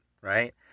right